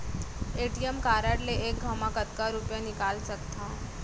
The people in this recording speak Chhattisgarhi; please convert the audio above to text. ए.टी.एम कारड ले एक घव म कतका रुपिया निकाल सकथव?